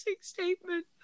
statement